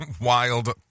wild